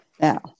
Now